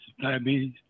diabetes